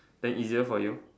then easier for you